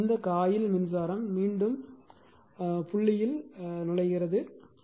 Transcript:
ஆனால் இந்த காயில் மின்சாரம் மீண்டும் புள்ளியில் நுழைகிறது